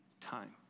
time